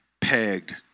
pegged